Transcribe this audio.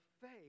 faith